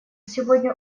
сегодня